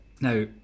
Now